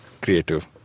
creative